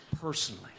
personally